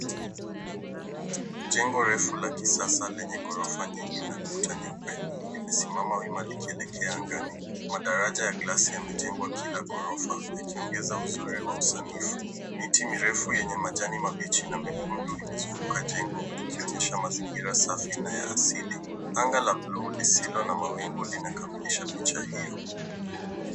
Jengo refu la kisasa lenye ghorofa nyingi na kuta nyeupe limesimama wima likielekea angani. Madaraja ya glasi yamejengwa kila ghorofa yakiongeza uzuri wa usanifu. Miti mirefu yenye majani mabichi na mekundu imezunguka jengo ikionyesha mazingira safi na ya asili. Anga la buluu lisilo na mawingu linakamilisha picha hiyo.